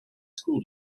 school